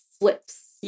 flips